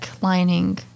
lining